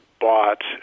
bought